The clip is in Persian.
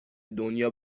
دنیا